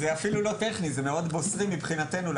זה אפילו לא טכני, זה מאוד בוסרי מבחינתנו.